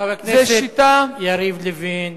חבר הכנסת יריב לוין.